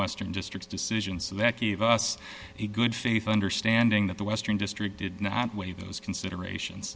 western district decision so that gave us a good faith understanding that the western district did not weigh those considerations